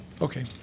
Okay